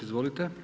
Izvolite.